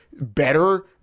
better